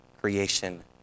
creation